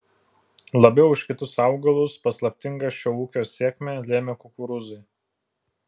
labiau už kitus augalus paslaptingą šio ūkio sėkmę lėmė kukurūzai